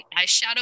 eyeshadow